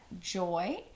joy